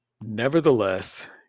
Nevertheless